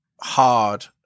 hard